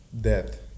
death